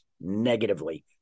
negatively